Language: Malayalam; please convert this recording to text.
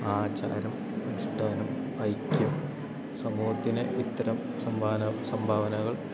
ആചാരം അനുഷ്ടാനം ഐക്യം സമൂഹത്തിന് ഇത്തരം സംഭാവന സംഭാവനകൾ